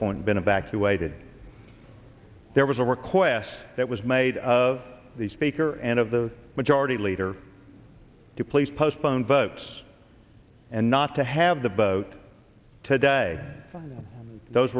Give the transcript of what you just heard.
point been evacuated there was a request that was made to the speaker and of the majority leader to please postpone votes and not to have the boat today those